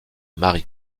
marie